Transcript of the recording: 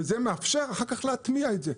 וזה מאפשר אחר כך להטמיע את זה.